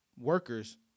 workers